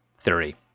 theory